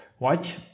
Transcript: Watch